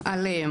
שאר ציוד.